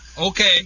Okay